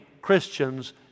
Christians